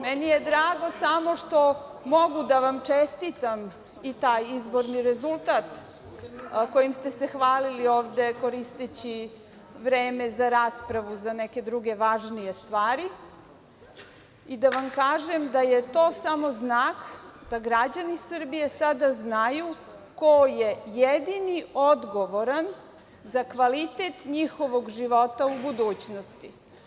Meni je drago samo što mogu da vam čestitam i taj izborni rezultat kojim ste se hvalili ovde, koristeći vreme za raspravu za neke druge važnije stvari i da vam kažem da je to samo znak da građani Srbije sada znaju ko je jedini odgovoran za kvalitet njihovog života u budućnosti.